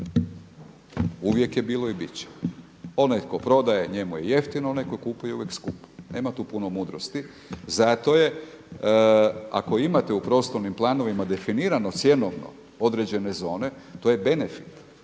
Uvijek je bilo i biti će. Onaj koji prodaje njemu je jeftino, onaj koji kupuje uvijek je skupo. Nema tu puno mudrosti. Zato je, ako imate u prostornim planovima definirano cjenovno određene zone, to je benefit.